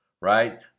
right